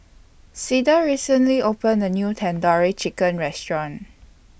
Cleda recently opened A New Tandoori Chicken Restaurant